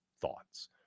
thoughts